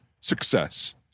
success